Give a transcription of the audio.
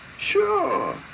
Sure